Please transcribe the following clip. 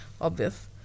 obvious